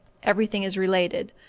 everything is related.